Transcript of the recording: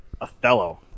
Othello